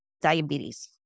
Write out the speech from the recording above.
diabetes